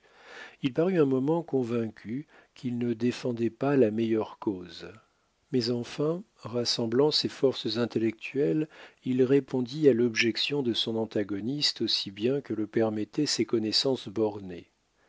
il parut un moment convaincu qu'il ne défendait pas la meilleure cause mais enfin rassemblant ses forces intellectuelles il répondit à l'objection de son antagoniste aussi bien que le permettaient ses connaissances